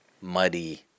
muddy